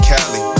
Cali